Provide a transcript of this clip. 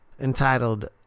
entitled